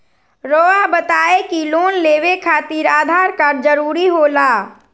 रौआ बताई की लोन लेवे खातिर आधार कार्ड जरूरी होला?